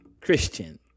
christian